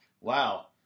wow